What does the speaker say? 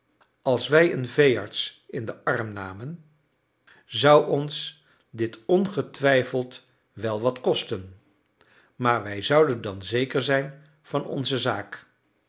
als wij een veearts in den arm namen zou ons dit ongetwijfeld wel wat kosten maar wij zouden dan zeker zijn van onze zaak